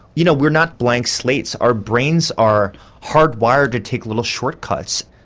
you know we're not blank slates, our brains are hardwired to take little shortcuts,